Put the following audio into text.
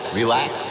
relax